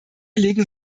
legen